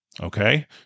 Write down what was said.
Okay